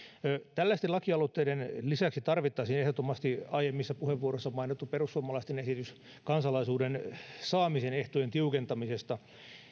tällaisten lakialoitteiden lisäksi tarvittaisiin ehdottomasti aiemmissa puheenvuoroissa mainittu perussuomalaisten esitys kansalaisuuden saamisen ehtojen tiukentamisesta